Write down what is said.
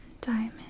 diamond